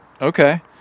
Okay